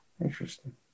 Interesting